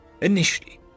Initially